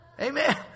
Amen